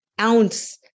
ounce